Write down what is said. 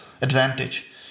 advantage